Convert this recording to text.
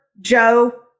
Joe